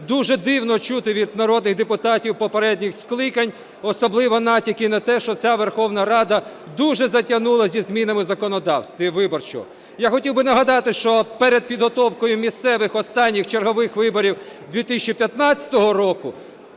дуже дивно чути від народних депутатів попередніх скликань, особливо натяки на те, що ця Верховна Рада дуже затягнула зі змінами законодавства виборчого. Я хотів би нагадати, що перед підготовкою місцевих, останніх, чергових виборів 2015 року